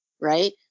right